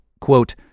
quote